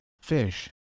fish